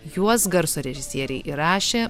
juos garso režisieriai įrašė